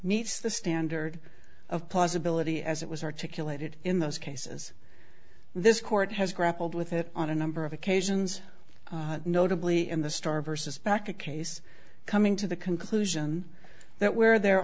meets the standard of possibility as it was articulated in those cases this court has grappled with it on a number of occasions notably in the starr versus baca case coming to the conclusion that where there